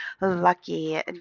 lucky